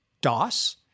DOS